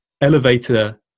elevator